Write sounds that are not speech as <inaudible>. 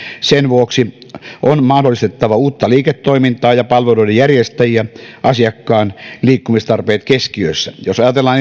sen vuoksi on mahdollistettava uutta liiketoimintaa ja palveluiden järjestäjiä asiakkaan liikkumistarpeet keskiössä jos ajatellaan <unintelligible>